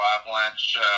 Avalanche